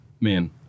man